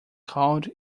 called